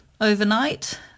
overnight